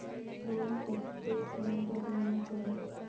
Loan कतेक समय बर लेना चाही?